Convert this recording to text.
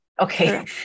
Okay